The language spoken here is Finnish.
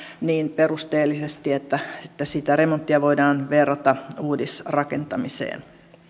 niin perusteellisesti että että sitä remonttia voidaan verrata uudisrakentamiseen